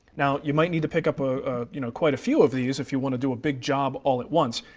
now you might need to pick up ah you know quite a few of these if you want to do a big job all at once.